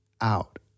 out